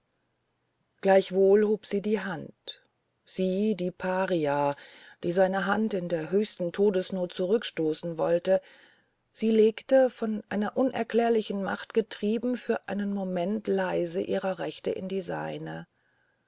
gleichwohl hob sie die hand sie die paria die seine hand in der höchsten todesnot zurückstoßen wollte sie legte von einer unerklärlichen macht getrieben für einen moment leise ihre rechte in die seine